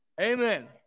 Amen